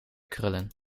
krullen